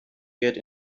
get